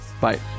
Bye